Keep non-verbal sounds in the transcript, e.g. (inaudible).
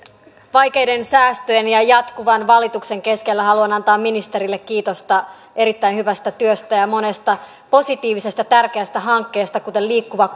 vaikeiden säästöjen ja jatkuvan valituksen keskellä haluan antaa ministerille kiitosta erittäin hyvästä työstä ja monesta positiivisesta tärkeästä hankkeesta kuten liikkuva (unintelligible)